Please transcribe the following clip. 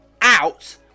out